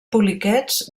poliquets